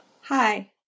Hi